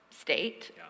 state